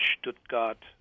Stuttgart